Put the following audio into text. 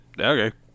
okay